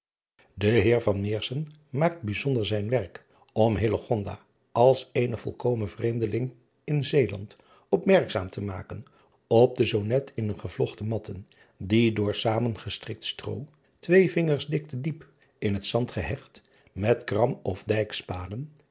e heer maakte bijzonder zijn werk om als eene volkomen vreemdeling in eeland opmerkzaam te maken op de zoo net in een gevlochte matten die door zamengeschikt stroo twee vingers dikte diep in het zand gehecht met kram of